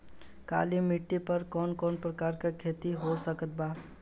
काली मिट्टी पर कौन कौन प्रकार के खेती हो सकत बा?